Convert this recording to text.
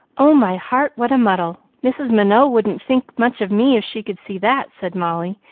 oh, my heart, what a muddle! mrs. minot wouldn't think much of me if she could see that, said molly,